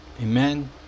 Amen